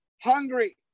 hungry